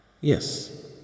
yes